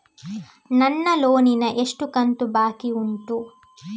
ನನ್ನ ಲೋನಿನ ಎಷ್ಟು ಕಂತು ಬಾಕಿ ಉಂಟು?